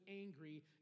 angry